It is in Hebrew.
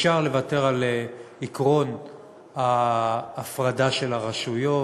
אפשר לוותר על עקרון ההפרדה של הרשויות,